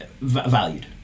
valued